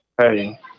hey